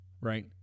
Right